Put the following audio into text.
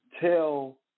tell